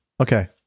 Okay